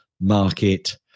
market